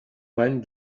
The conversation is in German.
mein